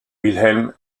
wilhelm